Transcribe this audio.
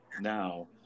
now